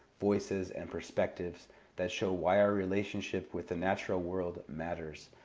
voices, and perspectives that show why our relationship with the natural world matters,